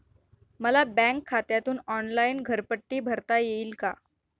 मला बँक खात्यातून ऑनलाइन घरपट्टी भरता येईल का?